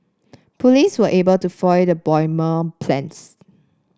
police were able to foil the bomber plans